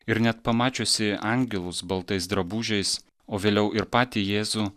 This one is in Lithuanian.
ir net pamačiusi angelus baltais drabužiais o vėliau ir patį jėzų